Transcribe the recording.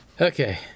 Okay